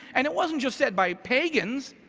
and it wasn't just set by pagans,